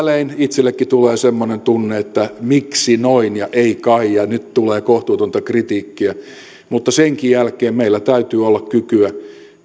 välein itsellekin tulee semmoinen tunne että miksi noin ja ei kai ja nyt tulee kohtuutonta kritiikkiä mutta senkin jälkeen meillä täytyy olla kykyä